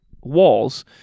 walls